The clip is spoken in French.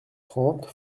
trente